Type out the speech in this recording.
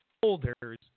folders